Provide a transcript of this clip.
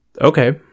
Okay